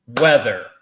weather